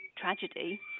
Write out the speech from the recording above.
tragedy